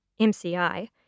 MCI